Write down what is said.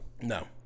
No